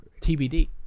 tbd